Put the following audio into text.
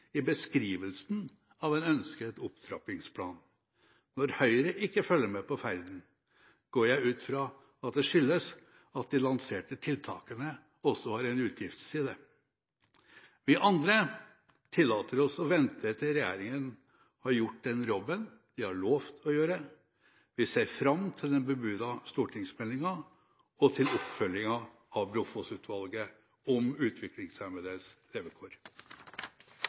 i beskrivelsen av en ønsket opptrappingsplan. Når Høyre ikke følger med på ferden, går jeg ut fra at det skyldes at de lanserte tiltakene også har en utgiftsside. Vi andre tillater oss å vente til regjeringen har gjort den jobben de har lovet å gjøre. Vi ser fram til den bebudede stortingsmeldingen og til oppfølgingen av Brofoss-utvalget om utviklingshemmedes levekår.